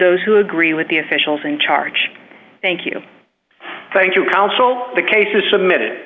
those who agree with the officials in charge thank you thank you council the case is submitted